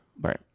Right